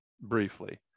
briefly